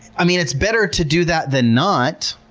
i mean, it's better to do that than not,